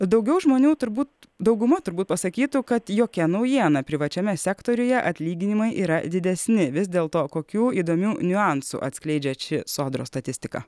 daugiau žmonių turbūt dauguma turbūt pasakytų kad jokia naujiena privačiame sektoriuje atlyginimai yra didesni vis dėl to kokių įdomių niuansų atskleidžia ši sodros statistika